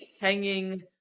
hanging